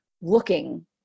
looking